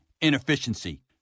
Inefficiency